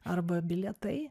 arba bilietai